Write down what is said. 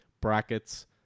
Brackets